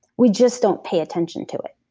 we just don't pay attention to it.